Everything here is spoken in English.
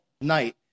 night